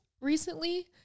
recently